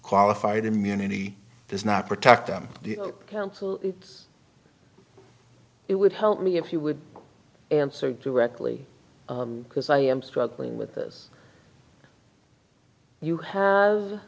qualified immunity does not protect them it would help me if you would answer directly because i am struggling with this you have